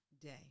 day